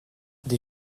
des